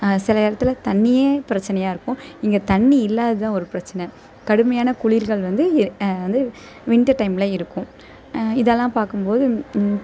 சில இடத்துல தண்ணியே பிரச்சினையா இருக்கும் இங்கே தண்ணி இல்லாததுதான் ஒரு பிரச்சனை கடுமையான குளிர்கள் வந்து வந்து வின்டர் டைமில் இருக்கும் இதெல்லாம் பார்க்கும் போது